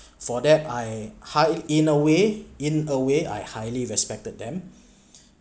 for that I high in a way in a way I highly respected them